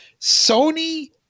Sony